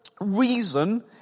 reason